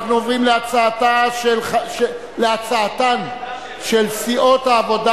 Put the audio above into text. אנחנו עוברים להצעתן של סיעות העבודה